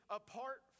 apart